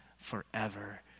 forever